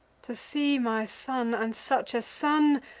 to see my son, and such a son,